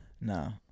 No